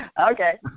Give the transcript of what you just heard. Okay